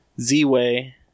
Z-Way